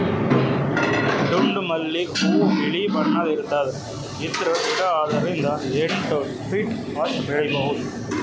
ದುಂಡ್ ಮಲ್ಲಿಗ್ ಹೂವಾ ಬಿಳಿ ಬಣ್ಣದ್ ಇರ್ತದ್ ಇದ್ರ್ ಗಿಡ ಆರರಿಂದ್ ಎಂಟ್ ಫೀಟ್ ಅಷ್ಟ್ ಬೆಳಿಬಹುದ್